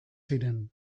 ziren